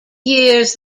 years